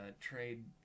trade